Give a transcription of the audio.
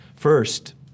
First